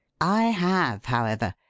i have, however,